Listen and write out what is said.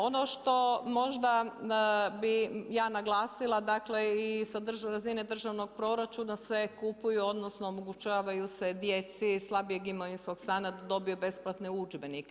Ono što možda bi ja naglasila, dakle i sa državne razine državnog proračuna se kupuju odnosno omogućavaju se djeci slabijeg imovinskog stanja da dobiju besplatne udžbenike.